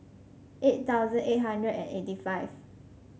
eight thousand eight hundred and eighty five